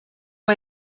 why